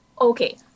Okay